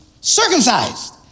circumcised